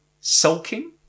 sulking